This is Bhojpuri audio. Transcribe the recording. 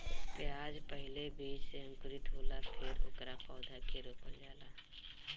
प्याज पहिले बीज से अंकुरित होला फेर ओकरा पौधा के रोपल जाला